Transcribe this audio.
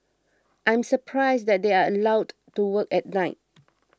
I'm surprised that they are allowed to work at night